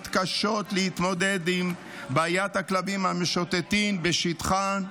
מתקשות להתמודד עם בעיית הכלבים המשוטטים בשטחן.